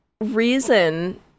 reason